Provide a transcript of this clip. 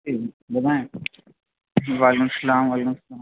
جی بتائیں وعلیکم السّلام وعلیکم السّلام